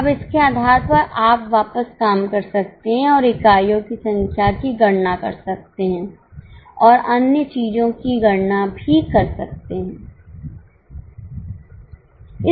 अब इसके आधार पर आप वापस काम कर सकते हैं और इकाइयों की संख्या की गणना कर सकते हैं और अन्य चीजों की गणना भी कर सकते हैं